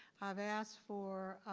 i've asked for